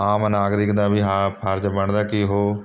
ਆਮ ਨਾਗਰਿਕ ਦਾ ਵੀ ਆਹ ਫਰਜ਼ ਬਣਦਾ ਕਿ ਉਹ